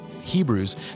Hebrews